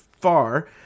far